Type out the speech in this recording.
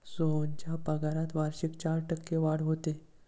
सोहनच्या पगारात वार्षिक चार टक्के वाढ होते